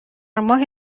ماه